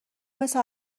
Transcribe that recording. مثل